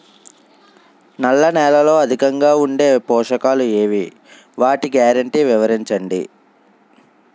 నల్ల నేలలో అధికంగా ఉండే పోషకాలు ఏవి? వాటి గ్యారంటీ వివరించండి?